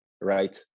right